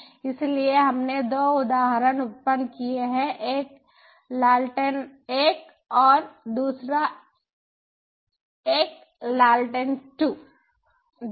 इसलिए हमने 2 उदाहरण उत्पन्न किए हैं एक लालटेन 1 है और दूसरा एक लालटेन 2 है